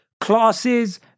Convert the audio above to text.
classes